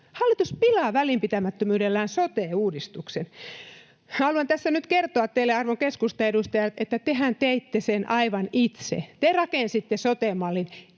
hallitus pilaa välinpitämättömyydellään sote-uudistuksen. Haluan tässä nyt kertoa teille, arvon keskustaedustajat, että tehän teitte sen aivan itse. Te rakensitte sote-mallin